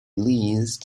leased